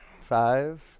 Five